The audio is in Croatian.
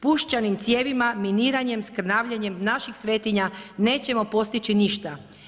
Puščanim cijevima, miniranjem, skrnavljenjem naših svetinja nećemo postići ništa.